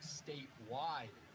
statewide